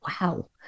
wow